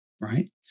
right